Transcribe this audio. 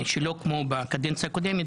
שלא כמו בקדנציה הקודמת,